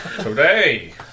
today